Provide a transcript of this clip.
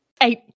Eight